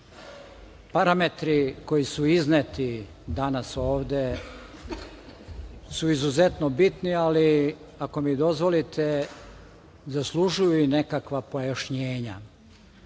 parametri koji su izneti danas ovde su izuzetno bitni, ali, ako mi dozvolite, zaslužuju i nekakva pojašnjenja.